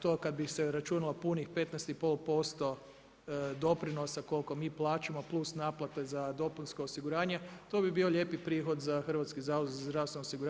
To kada bi se računalo punih 15,5% doprinosa koliko mi plaćamo plus naplate za dopunsko osiguranje to bi bio lijepi prihod za HZZO.